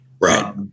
Right